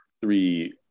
three